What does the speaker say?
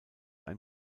ein